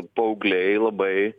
paaugliai labai